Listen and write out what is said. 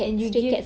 and you give